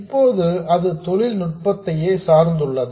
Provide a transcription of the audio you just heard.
இப்போது அது தொழில்நுட்பத்தையே சார்ந்துள்ளது